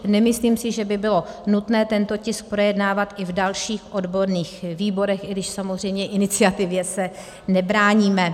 Nemyslím si, že by bylo nutné tento tisk projednávat i v dalších odborných výborech, i když samozřejmě iniciativě se nebráníme.